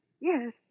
Yes